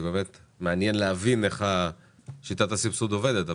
יהיה מעניין להבין איך שיטת הסבסוד עובדת.